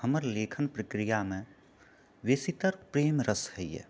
हमर लेखन प्रक्रियामे बेसीतर प्रेमरस होइए